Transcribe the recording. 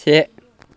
से